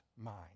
mind